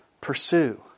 pursue